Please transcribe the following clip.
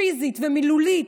פיזית, מילולית,